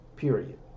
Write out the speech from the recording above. period